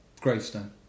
gravestone